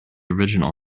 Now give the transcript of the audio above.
original